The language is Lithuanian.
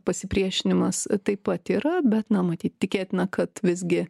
pasipriešinimas taip pat yra bet na matyt tikėtina kad visgi